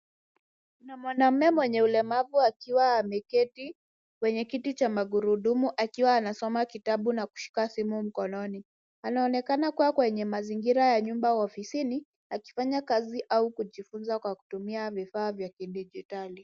Kuna mwanamume mwenye ulemavu akiwa ameketi kwenye kiti cha magurudumu akiwa anasoma kitabu na kushika simu mkononi. Anaonekana kuwa kwenye mazingira ya nyumba ofisini akifanya kazi au kujifunza kwa kutumia vifaa vya kidijitali.